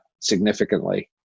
significantly